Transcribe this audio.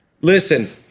Listen